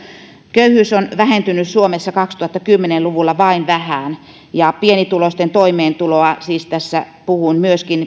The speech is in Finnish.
köyhyys on vähentynyt suomessa kaksituhattakymmenen luvulla vain vähän ja pienituloisten toimeentuloa siis tässä puhun myöskin